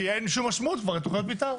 כי אין שום משמעות כבר לתכניות מתאר.